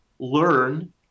learn